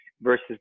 versus